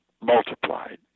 multiplied